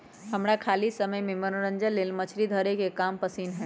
हमरा खाली समय में मनोरंजन लेल मछरी धरे के काम पसिन्न हय